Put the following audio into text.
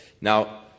Now